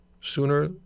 Sooner